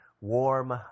warm